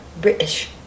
British